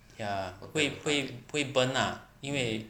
ya 会会不会 burn lah 因为